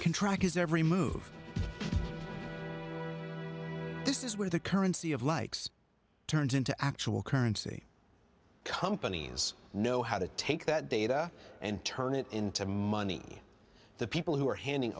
his every move this is where the currency of likes turns into actual currency companies know how to take that data and turn it into money the people who are handing